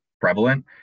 prevalent